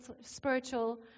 spiritual